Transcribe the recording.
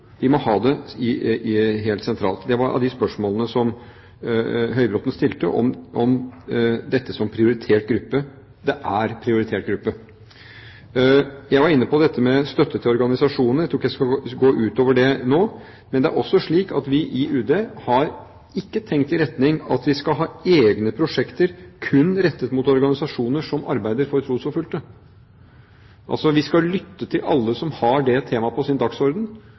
Vi må ha det helt sentralt. Det var av de spørsmålene Høybråten stilte om dette som prioritert gruppe. Det er en prioritert gruppe. Jeg var inne på støtte til organisasjoner. Jeg tror ikke jeg skal gå utover det nå. Men det er ikke slik at vi i UD har tenkt i retning av at vi skal ha egne prosjekter kun rettet mot organisasjoner som arbeider for trosforfulgte. Vi skal lytte til alle som har det temaet på sin dagsorden.